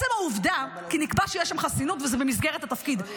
כי נקבע שיש שם חסינות וזה במסגרת התפקיד.